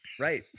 Right